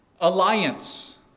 alliance